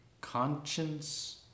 conscience